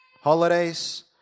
holidays